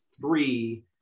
three